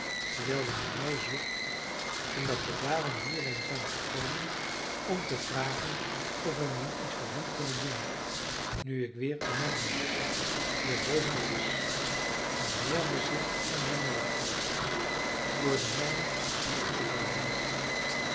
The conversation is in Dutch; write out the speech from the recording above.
terwijl je naar mij zocht en dat we daarom hierheen zijn gekomen om te vragen of we niet iets voor hen kunnen doen nu ik weer een man ben die er boven op is en meer bezit dan hij noodig heeft door de mijn die ik gevonden heb